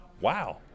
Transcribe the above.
wow